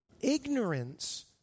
Ignorance